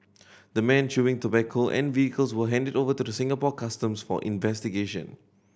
the men chewing tobacco and vehicles were handed over to the Singapore Customs for investigation